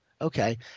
Okay